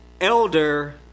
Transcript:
elder